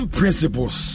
principles